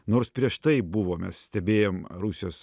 nors prieš tai buvome stebėjom rusijos